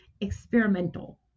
experimental